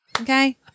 Okay